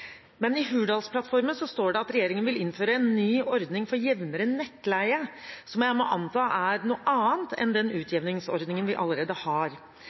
I Hurdalsplattformen står det at regjeringen vil innføre en ny ordning for jevnere nettleie, som jeg må anta er noe annet enn den utjevningsordningen vi allerede har.